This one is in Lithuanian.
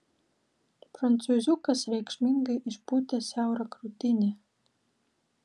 prancūziukas reikšmingai išpūtė siaurą krūtinę